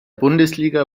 bundesliga